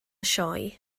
sioe